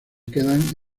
quedan